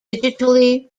digitally